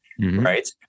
right